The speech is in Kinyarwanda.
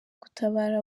gutabara